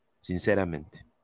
Sinceramente